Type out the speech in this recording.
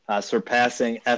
surpassing